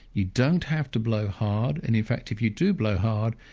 you don't have to blow hard, and in fact if you do blow hard,